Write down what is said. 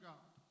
God